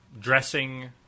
dressing